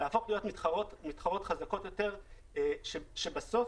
להפוך להיות מתחרות חזקות יותר כאשר בסוף,